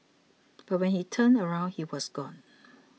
but when he turned around he was gone